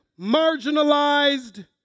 marginalized